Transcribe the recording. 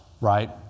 right